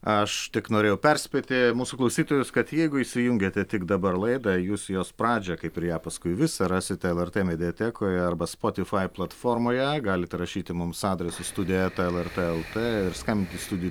aš tik norėjau perspėti mūsų klausytojus kad jeigu įsijungėte tik dabar laidą jūs jos pradžią kaip ir ją paskui visą rasite lrt mediatekoje arba spotifai platformoje galite rašyti mums adresu studija eta elert elt ir skambinti į studiją